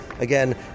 Again